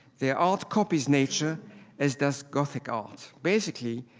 their art copies nature as does gothic art. basically,